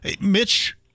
Mitch